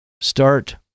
start